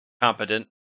competent